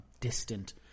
distant